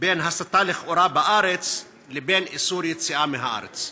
בין הסתה לכאורה בארץ לבין איסור יציאה מהארץ?